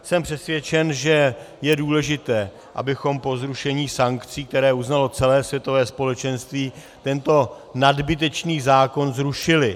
Jsem přesvědčen, že je důležité, abychom po zrušení sankcí, které uznalo celé světové společenství, tento nadbytečný zákon zrušili.